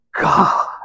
God